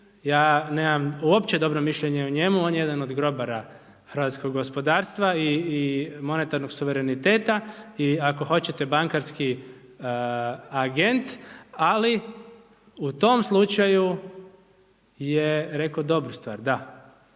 ja nemam uopće dobro mišljenje o njemu, on je jedan od grobara hrvatskog gospodarstva i monetarnog suvereniteta i ako hoćete bankarski agent, ali u tom slučaju je rekao dobru stvar, da